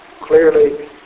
clearly